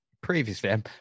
previously